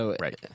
right